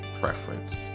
preference